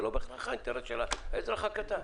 זה לא בהכרח האינטרס של האזרח הקטן.